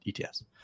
ETS